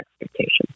expectations